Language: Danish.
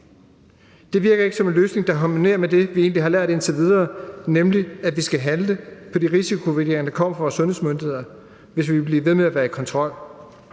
Det virker ikke som en løsning, der harmonerer med det, vi egentlig har lært indtil videre, nemlig at vi skal handle på de risikovurderinger, der kommer fra vores sundhedsmyndigheder, hvis vi vil blive ved med at være i kontrol.